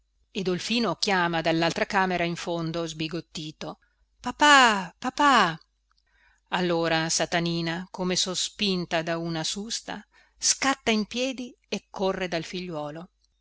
e dolfino chiama dallaltra camera in fondo sbigottito papà papà allora satanina come sospinta da una susta scatta in piedi e corre dal figliuolo